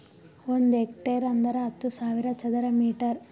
ಒಂದ್ ಹೆಕ್ಟೇರ್ ಅಂದರ ಹತ್ತು ಸಾವಿರ ಚದರ ಮೀಟರ್